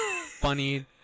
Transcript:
funny